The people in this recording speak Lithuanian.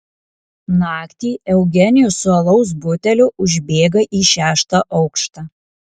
naktį eugenijus su alaus buteliu užbėga į šeštą aukštą